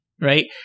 right